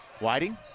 Whiting